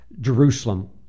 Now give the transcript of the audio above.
Jerusalem